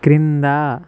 క్రిందా